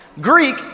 Greek